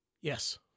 Yes